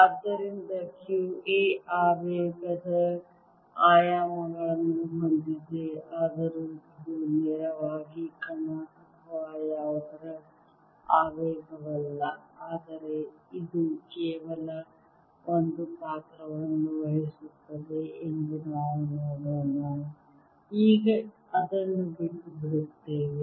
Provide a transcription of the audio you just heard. ಆದ್ದರಿಂದ q A ಆವೇಗದ ಆಯಾಮವನ್ನು ಹೊಂದಿದೆ ಆದರೂ ಇದು ನೇರವಾಗಿ ಕಣ ಅಥವಾ ಯಾವುದರ ಆವೇಗವಲ್ಲ ಆದರೆ ಇದು ಕೇವಲ ಒಂದು ಪಾತ್ರವನ್ನು ವಹಿಸುತ್ತದೆ ಎಂದು ನಾವು ನೋಡೋಣ ಈಗ ಅದನ್ನು ಬಿಟ್ಟುಬಿಡುತ್ತೇವೆ